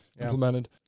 implemented